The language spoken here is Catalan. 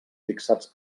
fixats